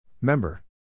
Member